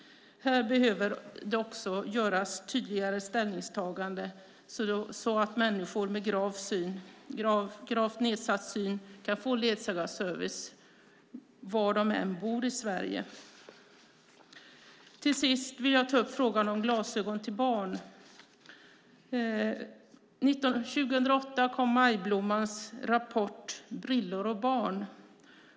Här behövs tydligare ställningstaganden så att människor med gravt nedsatt syn kan få ledsagarservice var de än bor i Sverige. Till sist vill jag ta upp frågan om glasögon till barn. År 2008 kom Majblommans rapport Briller och barn .